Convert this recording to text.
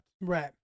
Right